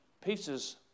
pieces